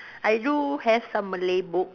I do have some Malay books